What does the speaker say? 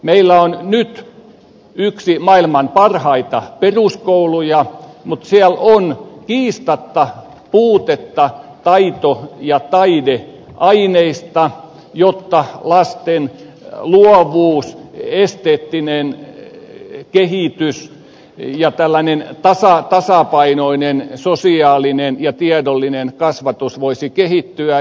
meillä on nyt yksi maailman parhaita peruskouluja mutta siellä on kiistatta puutetta taito ja taideaineista jotta lasten luovuus esteettinen kehitys ja tällainen tasapainoinen sosiaalinen ja tiedollinen kasvatus voisi kehittyä